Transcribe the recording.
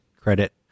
credit